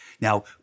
Now